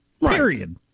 Period